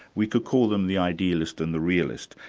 we could call them the idealist and the realist.